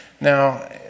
Now